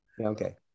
okay